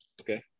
okay